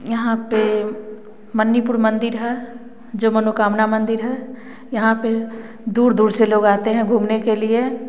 यहाँ पे मनिपुर मंदिर है जो मनोकामना मंदिर है यहाँ पे दूर दूर से आते हैं लोग घूमने के लिए